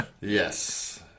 Yes